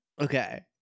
Okay